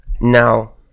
Now